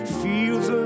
feels